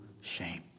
shame